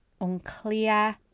unclear